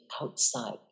outside